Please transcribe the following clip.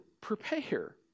prepare